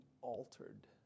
altered